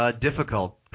Difficult